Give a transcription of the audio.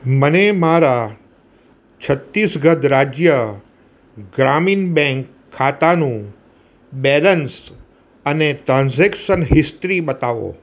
મને મારા છત્તીસગઢ રાજ્ય ગ્રામીણ બેંક ખાતાનું બેલેન્સ અને ટ્રાન્ઝેક્શન હિસ્ટ્રી બતાવો